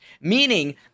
meaning